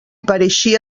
pareixia